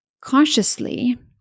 consciously